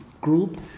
group